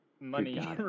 money